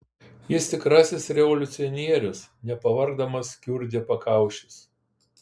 jis tikrasis revoliucionierius nepavargdamas kiurdė pakaušius